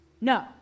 No